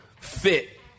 fit